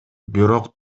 бирок